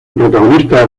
protagonista